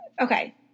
Okay